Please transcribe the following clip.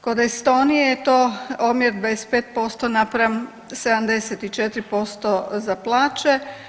Kod Estonije je to omjer 25% naspram 74% za plaće.